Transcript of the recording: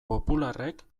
popularrek